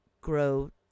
grow